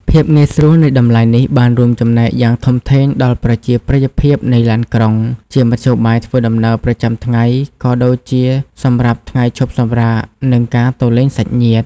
ភាពងាយស្រួលនៃតម្លៃនេះបានរួមចំណែកយ៉ាងធំធេងដល់ប្រជាប្រិយភាពនៃឡានក្រុង ជាមធ្យោបាយធ្វើដំណើរប្រចាំថ្ងៃ ក៏ដូចជាសម្រាប់ថ្ងៃឈប់សម្រាក និងការទៅលេងសាច់ញាតិ។